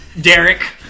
Derek